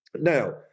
Now